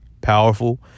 powerful